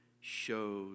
shows